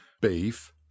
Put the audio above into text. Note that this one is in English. Beef